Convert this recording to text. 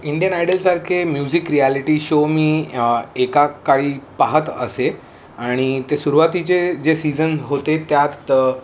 Indian आयडलसारखे music reality show मी एकेकाळी पाहत असे आणि ते सुरवातीचे जे सीझन होते त्यात